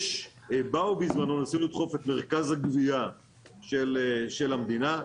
ובזמנו ניסו לדחוף את מרכז הגבייה של המדינה.